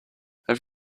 have